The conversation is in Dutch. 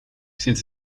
sinds